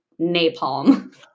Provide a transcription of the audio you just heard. napalm